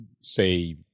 say